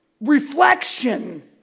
reflection